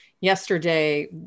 Yesterday